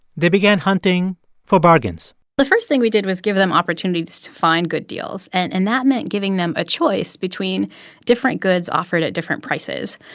they began hunting for bargains the first thing we did was give them opportunities to find good deals. and and that meant giving them a choice between different goods offered at different prices.